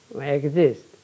exist